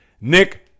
Nick